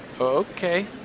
Okay